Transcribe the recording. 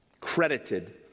credited